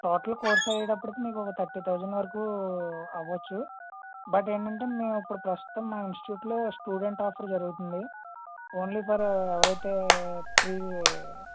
total course అయ్యేటప్పటికి మీకు ఒక థర్టీ థౌసండ్ వరకు అవ్వచ్చు బట్ ఏంటంటే మేము ఇప్పుడు ప్రస్తుతం మా ఇన్స్టిట్యూట్లో స్టూడెంట్ ఆఫర్ జరుగుతుంది ఓన్లీ ఫర్ ఎవరు అయితే ప్రీ